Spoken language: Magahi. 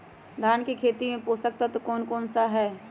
धान की खेती में पोषक तत्व कौन कौन सा है?